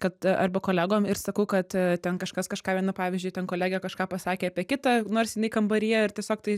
kad arba kolegom ir sakau kad ten kažkas kažką viena pavyzdžiui ten kolegė kažką pasakė apie kitą nors jinai kambaryje ir tiesiog tai